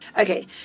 Okay